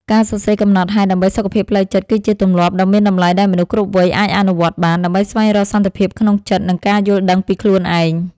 ការសរសេរកំណត់ហេតុដើម្បីសុខភាពផ្លូវចិត្ត គឺជាទម្លាប់ដ៏មានតម្លៃដែលមនុស្សគ្រប់វ័យអាចអនុវត្តបាន ដើម្បីស្វែងរកសន្តិភាពក្នុងចិត្ត និងការយល់ដឹងពីខ្លួនឯង។